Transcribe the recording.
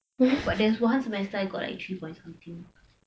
but there is one semester I got like three point something